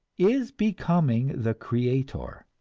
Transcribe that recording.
is becoming the creator.